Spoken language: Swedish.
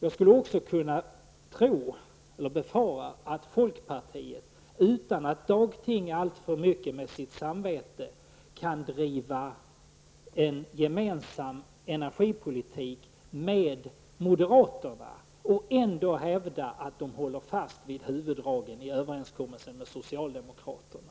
Jag skulle också kunna befara att folkpartiet, utan att dagtinga alltför mycket med sitt samvete, kan driva en gemensam energipolitik med moderaterna och ändå hävda att man håller fast vid huvuddragen i överenskommelsen med socialdemokraterna.